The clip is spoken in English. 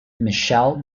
michelle